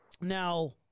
Now